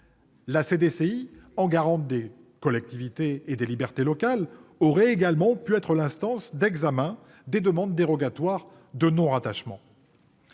La CDCI, en tant que garante des collectivités et des libertés locales, aurait également pu être l'instance d'examen des demandes dérogatoires de non-rattachement.